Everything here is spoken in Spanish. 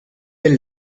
del